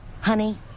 Honey